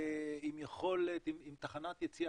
עם תחנת יציאה,